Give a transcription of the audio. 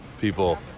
people